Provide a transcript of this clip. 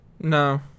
No